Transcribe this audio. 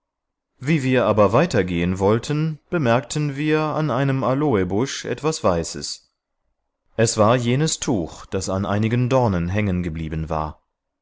wie wir aber weitergehen wollten bemerkten wir an einem aloebusch etwas weißes es war jenes tuch das an einigen dornen hängen geblieben war